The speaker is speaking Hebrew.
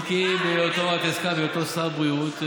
אם כי, את הזכרת, בהיותו שר הבריאות,